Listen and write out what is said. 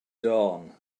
dawn